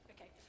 okay